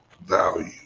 value